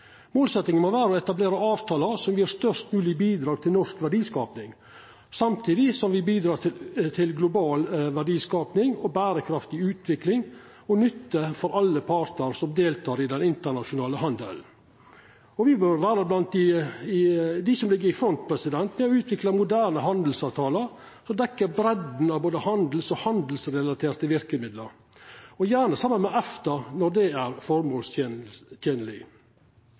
må vera å etablera avtaler som gjev størst mogleg bidrag til norsk verdiskaping, samtidig som me bidrar til global verdiskaping og berekraftig utvikling, til nytte for alle partar som deltek i den internasjonale handelen. Me bør vera blant dei som ligg i front med å utvikla moderne handelsavtaler som dekkjer breidda av både handel og handelsrelaterte verkemiddel – gjerne saman med EFTA, når det er